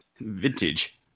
Vintage